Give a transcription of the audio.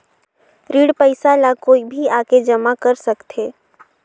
ऋण पईसा ला कोई भी आके जमा कर सकथे?